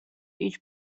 each